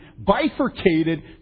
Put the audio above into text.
bifurcated